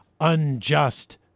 unjust